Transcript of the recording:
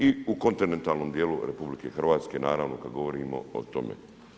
I u kontinentalnom djelu RH, naravno, kad govorimo o tome.